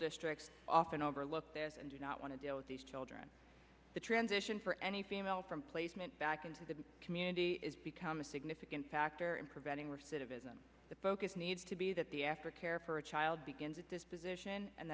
district often overlooked and do not want to deal with these children the transition for any female from placement back into the community is become a significant factor in preventing recidivism the focus needs to be that the aftercare for a child begins with this position and